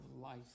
life